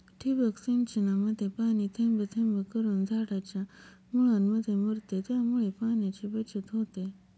ठिबक सिंचनामध्ये पाणी थेंब थेंब करून झाडाच्या मुळांमध्ये मुरते, त्यामुळे पाण्याची बचत होते